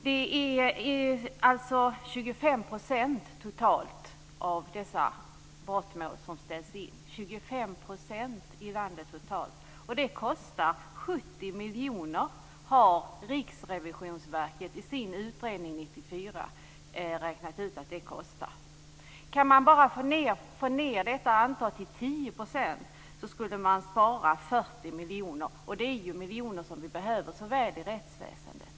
Det är alltså totalt 25 % av dessa brottmål i landet som ställs in, och Riksrevisionsverket har i sin utredning 1994 räknat ut att det kostar 70 miljoner kronor. Om man kan minska detta till 10 % av brottmålen skulle man spara 40 miljoner kronor, och det är ju miljoner som vi behöver så väl i rättsväsendet.